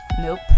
nope